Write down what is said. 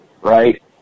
right